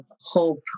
hope